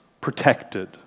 protected